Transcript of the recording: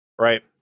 Right